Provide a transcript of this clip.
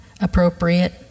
appropriate